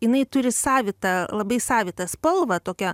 jinai turi savitą labai savitą spalvą tokia